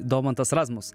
domantas razmus